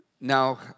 Now